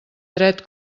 dret